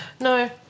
No